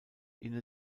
inne